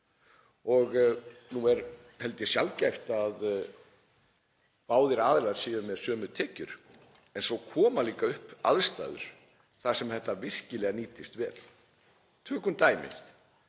út. Nú er, held ég, sjaldgæft að báðir aðilar séu með sömu tekjur en svo koma líka upp aðstæður þar sem þetta nýtist virkilega vel. Tökum dæmi